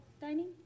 dining